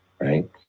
right